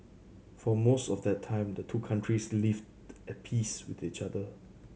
for most of that time the two countries lived at peace with each other